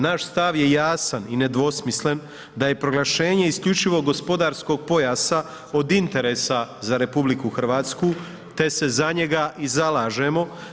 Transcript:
Naš stav je jasan i nedvosmislen da je proglašenje isključivo gospodarskog pojasa od interesa za RH te se za njega i zalažemo.